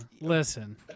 listen